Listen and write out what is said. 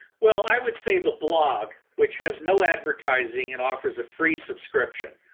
well, i would say the blog which has no advertising and offers a free subscription.